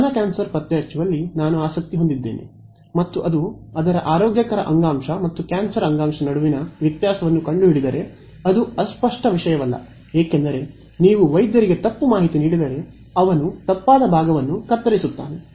ಸ್ತನ ಕ್ಯಾನ್ಸರ್ ಪತ್ತೆಹಚ್ಚುವಲ್ಲಿ ನಾನು ಆಸಕ್ತಿ ಹೊಂದಿದ್ದೇನೆ ಮತ್ತು ಅದರ ಆರೋಗ್ಯಕರ ಅಂಗಾಂಶ ಮತ್ತು ಕ್ಯಾನ್ಸರ್ ಅಂಗಾಂಶ ನಡುವಿನ ವ್ಯತ್ಯಾಸವನ್ನು ಕಂಡುಹಿಡಿದರೆ ಅದು ಅಸ್ಪಷ್ಟ ವಿಷಯವಲ್ಲ ಏಕೆಂದರೆ ನೀವು ವೈದ್ಯರಿಗೆ ತಪ್ಪು ಮಾಹಿತಿ ನೀಡಿದರೆ ಅವನು ತಪ್ಪಾದ ಭಾಗವನ್ನು ಕತ್ತರಿಸುತ್ತಾನೆ